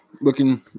looking